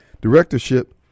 directorship